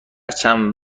چند